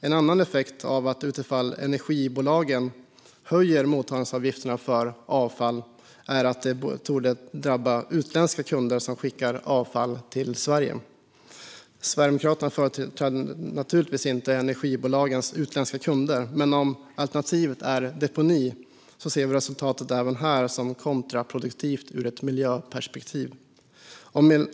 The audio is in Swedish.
En annan effekt om energibolagen höjer mottagningsavgifterna för avfall är att det torde drabba utländska kunder som skickar avfall till Sverige. Sverigedemokraterna företräder naturligtvis inte energibolagens utländska kunder, men om alternativet är deponi ser vi resultatet även här som kontraproduktivt ur ett miljöperspektiv.